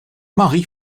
mari